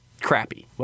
crappy